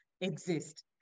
exist